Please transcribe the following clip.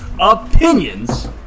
opinions